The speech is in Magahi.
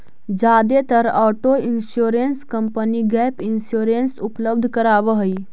जादेतर auto insurance company gap insurance उपलब्ध करावऽ हई